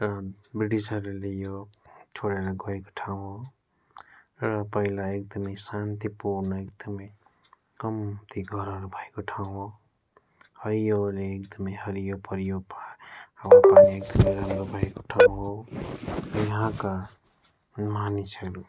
र ब्रिटिसहरूले यो छोडेर गएको ठाउँ हो र पहिला एकदमै शान्तिपूर्ण एकदमै कम्ती घरहरू भएको ठाउँ हो हरियोले एकदमै हरियो परियो हावा पानी एकदमै राम्रो भएको ठाउँ हो र यहाँका मानिसहरू